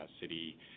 city